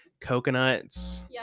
coconuts